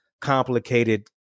complicated